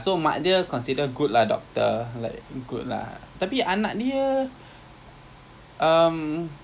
so in the end you know it's gonna eat her up internally lah eh macam mana her eh I [tau] eat him or her up like internally